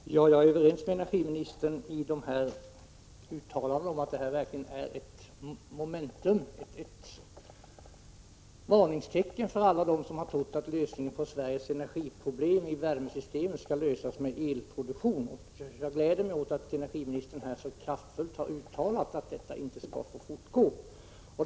Herr talman! Jag är överens med energiministern om att detta verkligen utgör ett memento, ett varningstecken för alla dem som har trott att lösningen på Sveriges energiproblem i värmesystemen ligger i elproduktion. Det är glädjande att energiministern så kraftfullt har uttalat att detta inte skall få fortgå.